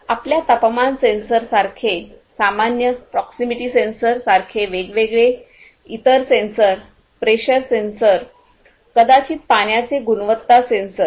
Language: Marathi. आपल्या तापमान सेन्सर सारखे सामान्य प्रॉक्सिमिटी सेन्सर सारखे वेगवेगळे इतर सेन्सर प्रेशर सेन्सर कदाचित पाण्याचे गुणवत्ता सेन्सर